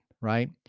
right